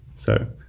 so,